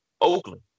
Oakland